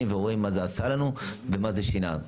ורואים מה זה עשה לנו ומה זה שינה?